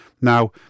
Now